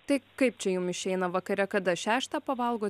tai kaip čia jum išeina vakare kada šeštą pavalgot